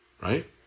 right